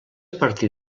partir